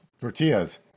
tortillas